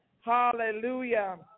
Hallelujah